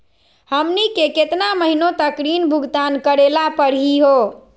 हमनी के केतना महीनों तक ऋण भुगतान करेला परही हो?